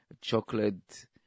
chocolate